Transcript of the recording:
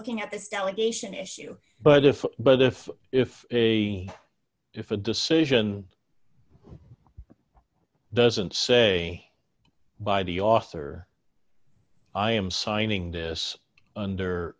looking at this delegation issue but if but if if a if a decision doesn't say by the author i am signing this under